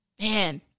Man